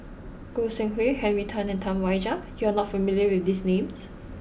Goi Seng Hui Henry Tan and Tam Wai Jia you are not familiar with these names